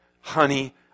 Honey